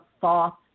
thought